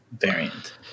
variant